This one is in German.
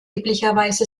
üblicherweise